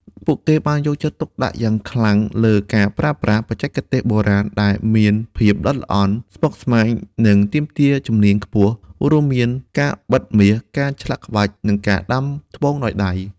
ពួកគេបានយកចិត្តទុកដាក់យ៉ាងខ្លាំងលើការប្រើប្រាស់ បច្ចេកទេសបុរាណ ដែលមានភាពល្អិតល្អន់ ស្មុគស្មាញ និងទាមទារជំនាញខ្ពស់ រួមមាន ការបិតមាស ការឆ្លាក់ក្បាច់ និងការដាំត្បូងដោយដៃ។